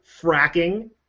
Fracking